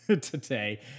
today